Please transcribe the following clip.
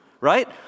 right